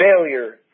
failure